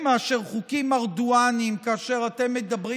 מאשר "חוקים ארדואניים" כאשר אתם מדברים,